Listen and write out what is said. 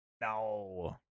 No